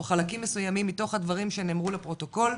או חלקים מסוימים מתוך הדברים שנאמרו לפרוטוקול,